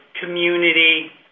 community